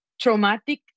traumatic